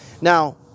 Now